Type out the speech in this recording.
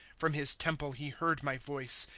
from his temple he heard my voice,